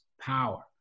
power